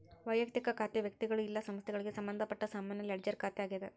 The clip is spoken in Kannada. ವಯಕ್ತಿಕ ಖಾತೆ ವ್ಯಕ್ತಿಗಳು ಇಲ್ಲಾ ಸಂಸ್ಥೆಗಳಿಗೆ ಸಂಬಂಧಪಟ್ಟ ಸಾಮಾನ್ಯ ಲೆಡ್ಜರ್ ಖಾತೆ ಆಗ್ಯಾದ